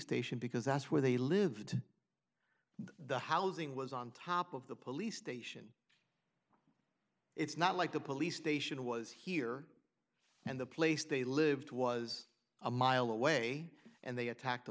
station because that's where they lived the housing was on top of the police station it's not like the police station was here and the place they lived was a mile away and they attacked